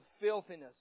filthiness